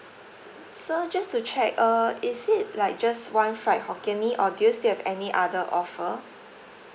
so just to check err is it like just one fried hokkien mee or do you still have any other offer